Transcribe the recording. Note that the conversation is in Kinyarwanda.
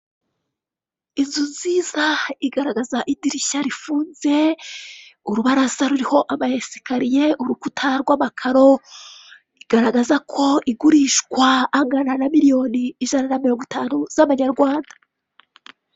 Inzu nziza igaragaza idirishya rifunze, urubaraza ruriho ama esikariye, urukuta rw'amakaro, igaragaza ko igurishwa angana na miliyoni ijana na mirongo itanu z'amanyarwanda.